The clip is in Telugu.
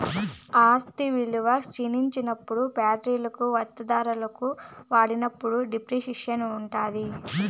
ఆస్తి విలువ క్షీణించినప్పుడు ఫ్యాక్టరీ వత్తువులను వాడినప్పుడు డిప్రిసియేషన్ ఉంటాది